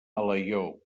alaior